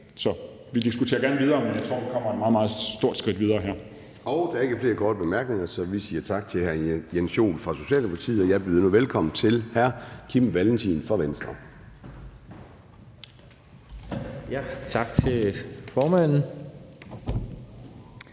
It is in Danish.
Så vi diskuterer gerne videre, men jeg tror, vi kommer et meget, meget stort skridt videre her. Kl. 10:10 Formanden (Søren Gade): Der er ikke flere korte bemærkninger. Så vi siger tak til hr. Jens Joel fra Socialdemokratiet. Jeg byder nu velkommen til hr. Kim Valentin fra Venstre. Kl.